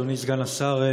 אדוני סגן השר,